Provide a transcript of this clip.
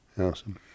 Awesome